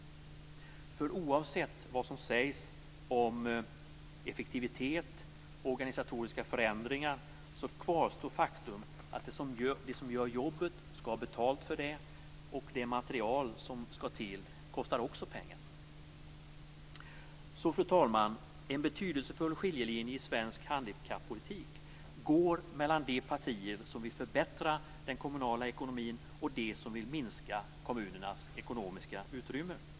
Oavsett vad som sägs om effektivitet och organisatoriska förändringar, kvarstår det faktum att de som gör jobbet skall ha betalt för det, och det material som skall till kostar också pengar. Fru talman! En betydelsefull skiljelinje i svensk handikappolitik går mellan de partier som vill förbättra den kommunala ekonomin och de partier som vill minska kommunernas ekonomiska utrymme.